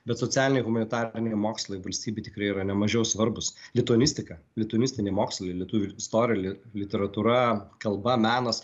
bet socialiniai humanitariniai mokslai valstybei tikrai yra nemažiau svarbūs lituanistika lituanistiniai mokslai lietuvių istorija literatūra kalba menas